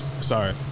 sorry